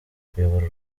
kuyobora